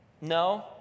no